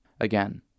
Again